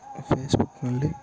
ಫೇಸ್ಬುಕ್ನಲ್ಲಿ